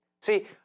See